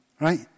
Right